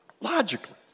Logically